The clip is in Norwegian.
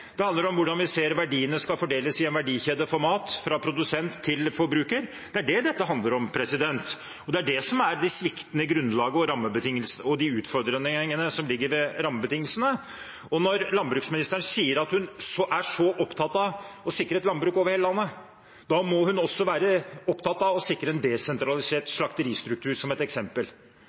Det handler om hvordan verdiene skal fordeles i en verdikjede for mat, fra produsent til forbruker. Det er det dette handler om, og det er det som er det sviktende grunnlaget og de utfordringene som ligger i rammebetingelsene. Når landbruksministeren sier at hun er så opptatt av å sikre et landbruk over hele landet, må hun også være opptatt av å sikre en desentralisert slakteristruktur, som et eksempel.